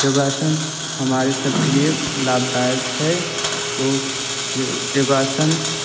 योगासन हमारे सब के लिए लाभदायक है तो योगासन